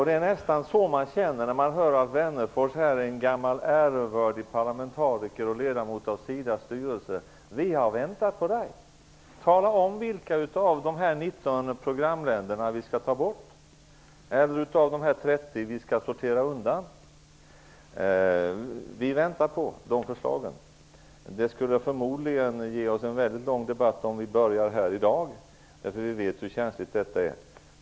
Det är nästan så man känner det när man hör Alf Wennerfors, en gammal ärevördig parlamentariker och ledamot av SIDA:s styrelse. Vi har väntat på Tala om vilka av de 19 programländerna som vi skall ta bort eller vilka av de 30 som vi skall sortera undan! Vi väntar på de förslagen. Det skulle förmodligen föranleda en mycket lång debatt om vi började gå in på sådant här i dag. Vi vet hur känsligt detta är.